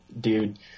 dude